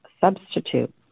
substitute